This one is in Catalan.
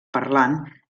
parlant